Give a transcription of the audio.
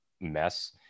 mess